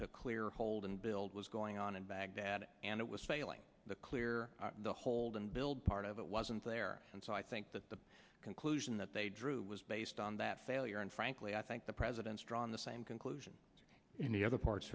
to clear hold and build was going on in baghdad and it was failing to clear the hold and build part of it wasn't there and so i think that the conclusion that they drew was based on that failure and frankly i think the president's drawn the same conclusion in the other parts